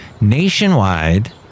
Nationwide